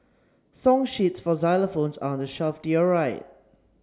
song sheets for xylophones are on the shelf to your right